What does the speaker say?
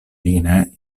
linee